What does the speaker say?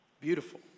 Beautiful